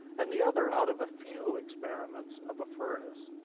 and the other out of a few experiments of a furnace.